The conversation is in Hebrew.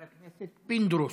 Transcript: חבר הכנסת פינדרוס,